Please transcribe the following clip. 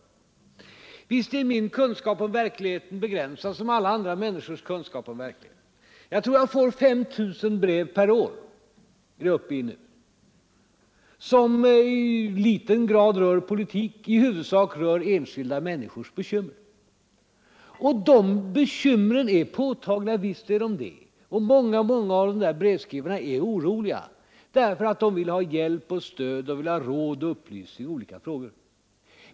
Visst är min kunskap om verkligheten begränsad, liksom alla andra människors. Men jag tror att jag får 5 000 brev per år — det är uppe i något sådant nu — som i liten grad rör politik och i huvudsak rör enskilda människors bekymmer. Och dessa bekymmer är påtagliga — visst är de det. Många av brevskrivarna är oroliga och vill ha hjälp och stöd och råd och upplysning i olika frågor.